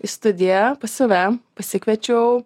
į studiją pas save pasikviečiau